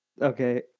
Okay